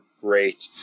great